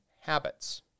habits